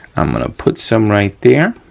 i'm gonna put some right there.